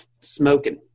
Smoking